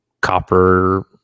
copper